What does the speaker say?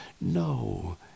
No